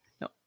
no